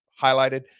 highlighted